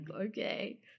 okay